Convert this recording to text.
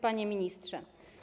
Panie Ministrze!